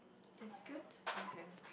that's good okay